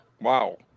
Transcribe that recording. Wow